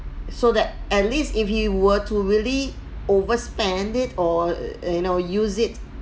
so that at least if he were to really overspend it or you know use it